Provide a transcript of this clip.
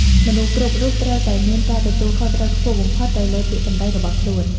មនុស្សគ្រប់រូបត្រូវតែមាន ការទទួលខុសត្រូវខ្ពស់បំផុត ទៅលើពាក្យសម្ដីរបស់ខ្លួន។